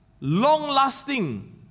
long-lasting